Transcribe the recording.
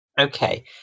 Okay